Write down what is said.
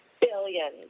billions